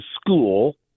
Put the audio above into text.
school